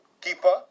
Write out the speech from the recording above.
keeper